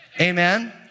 Amen